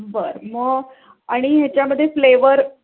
बरं मग आणि ह्याच्यामध्ये फ्लेवर